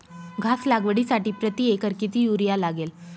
घास लागवडीसाठी प्रति एकर किती युरिया लागेल?